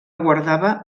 guardava